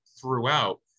throughout